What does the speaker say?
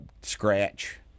scratch